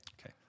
Okay